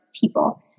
people